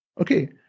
okay